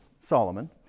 Solomon